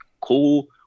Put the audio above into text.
cool